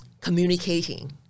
communicating